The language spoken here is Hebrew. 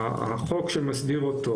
החוק שמסדיר אותו,